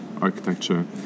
architecture